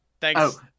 thanks